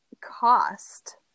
cost